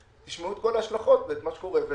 ותשמעו את כל ההשלכות ואת מה שקורה,